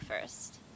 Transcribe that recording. first